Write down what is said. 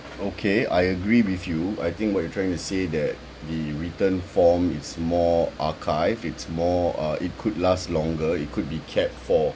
okay I agree with you I think what you're trying to say that the written form is more archive it's more uh it could last longer it could be kept for